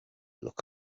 look